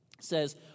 says